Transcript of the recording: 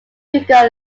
hugo